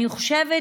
אני חושבת